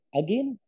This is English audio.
again